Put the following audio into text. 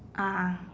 ah